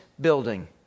building